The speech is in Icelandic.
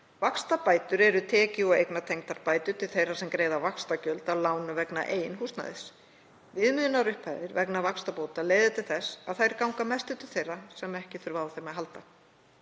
Vaxtabætur eru tekju- og eignatengdar bætur til þeirra sem greiða vaxtagjöld af lánum vegna eigin húsnæðis. Viðmiðunarupphæðir vegna vaxtabóta leiða til þess að þær ganga að mestu til þeirra sem ekki þurfa á þeim að halda.